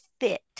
fit